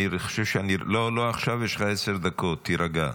לא עכשיו, יש לך עשר דקות, תירגע.